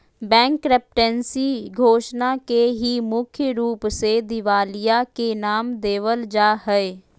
bankruptcy घोषणा के ही मुख्य रूप से दिवालिया के नाम देवल जा हय